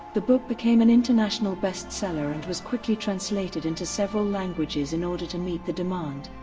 the book became an international bestseller and was quickly translated into several languages in order to meet the demand.